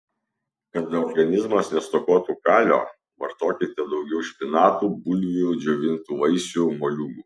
kad organizmas nestokotų kalio vartokite daugiau špinatų bulvių džiovintų vaisių moliūgų